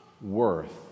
worth